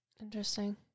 Interesting